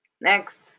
next